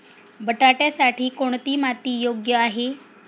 बटाट्यासाठी कोणती माती योग्य आहे?